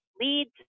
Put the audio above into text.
leads